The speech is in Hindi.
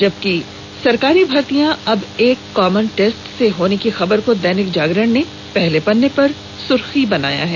जबकि सरकारी भर्तियां अब एक कॉमन टेस्ट से होने की खबर को दैनिक जागरण ने पहले पन्ने पर अपनी सुर्खी बनाया है